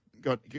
got